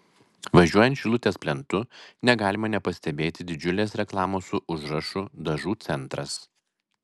važiuojant šilutės plentu negalima nepastebėti didžiulės reklamos su užrašu dažų centras